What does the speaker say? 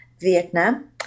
Vietnam